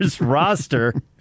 roster